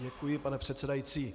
Děkuji, pane předsedající.